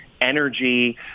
energy